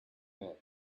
man